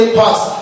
past